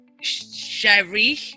Sherry